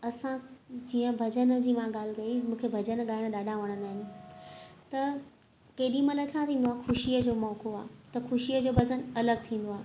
असां जीअं भॼन जी मां ॻाल्हि कई मूंखे भॼन ॻाइणु ॾाढा वणंदा आहिनि त केॾी महिल छा थींदो आहे ख़ुशीअ जो मौक़ो आहे त ख़ुशीअ जो भॼनु अलॻि थींदो आहे